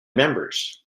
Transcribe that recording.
members